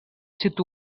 sud